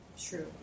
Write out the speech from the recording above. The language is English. True